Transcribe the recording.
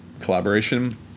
collaboration